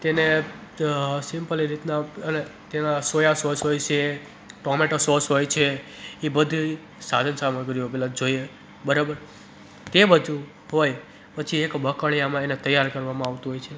તેને સિમ્પલી રીતના એટલે તેમાં સોયા સોસ હોય છે ટોમેટો સોસ હોય છે એ બધી સાધન સામગ્રીઓ પહેલાં જોઈએ બરાબર તે બધું હોય પછી એક બક્કડીયામાં એમાં એને તૈયાર કરવામાં આવતું હોય છે